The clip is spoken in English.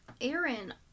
Aaron